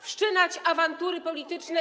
Wszczynać awantury polityczne.